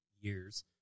years